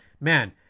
man